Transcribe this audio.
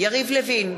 יריב לוין,